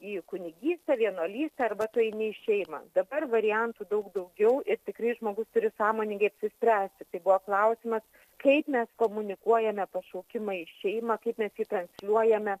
į kunigystę vienuolystę arba tu eini į šeimą dabar variantų daug daugiau ir tikrai žmogus turi sąmoningai apsispręsti tai buvo klausimas kaip mes komunikuojame pašaukimą į šeimą kaip mes jį transliuojame